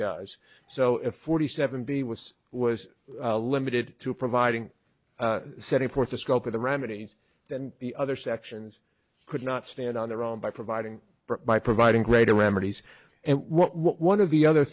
does so if forty seven b was was limited to providing setting forth the scope of the remedies then the other sections could not stand on their own by providing by providing greater remedies and one of the other